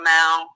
now